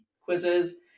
quizzes